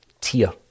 tier